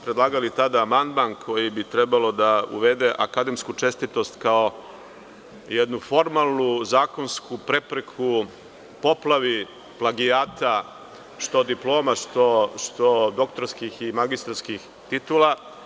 Predlagali smo amandman koji bi trebao da uvede akademsku čestitost kao jednu formalnu zakonsku prepreku poplavi plagijata što diploma što doktorskih i magistarskih titula.